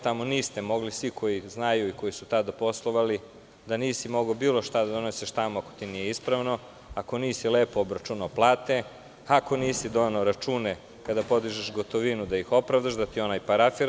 Tamo niste mogli, svi koji znaju i koji su tada poslovali, bilo šta da donesete tamo, ako nije ispravno, ako nisi lepo obračunao plate, ako nisi doneo račune kada podižeš gotovinu da ih opravdaš, da ti onaj službenik parafira.